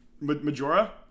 Majora